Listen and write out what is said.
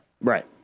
Right